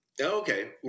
Okay